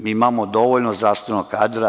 Mi imamo dovoljno zdravstvenog kadra.